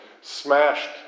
smashed